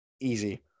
Easy